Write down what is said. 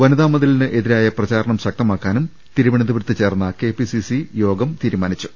വനിതാ മതിലിനെതിരായ പ്രചാരണം ശക്തമാക്കാനും തിരുവനന്തപുരത്ത് ചേർന്ന യോഗം തീരുമാനിച്ചു